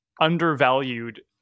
undervalued